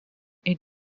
est